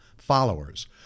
Followers